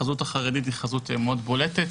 החזות החרדית מאוד בולטת,